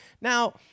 Now